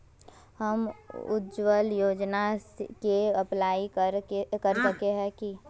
हम उज्वल योजना के अप्लाई कर सके है की?